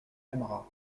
aimera